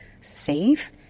safe